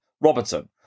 Robertson